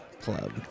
Club